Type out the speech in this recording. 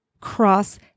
cross